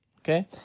Okay